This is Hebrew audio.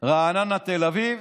רעננה לתל אביב,